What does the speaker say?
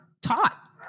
taught